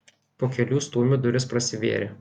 po kelių stūmių durys prasivėrė